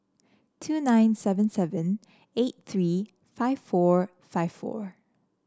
two nine seven seven eight three five four five four